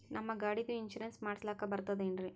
ನಮ್ಮ ಗಾಡಿದು ಇನ್ಸೂರೆನ್ಸ್ ಮಾಡಸ್ಲಾಕ ಬರ್ತದೇನ್ರಿ?